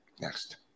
Next